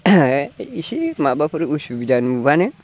एसे माबाफोर उसुबिदा नुब्लानो